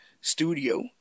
studio